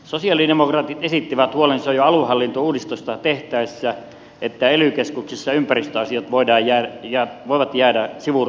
sosialidemokraatit esittivät huolensa jo aluehallintouudistusta tehtäessä että ely keskuksissa ympäristöasiat voivat jäädä sivurooliin